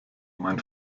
mein